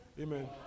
Amen